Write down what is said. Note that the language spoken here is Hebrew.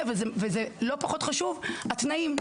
ולא פחות חשוב זה התנאים.